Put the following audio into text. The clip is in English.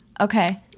Okay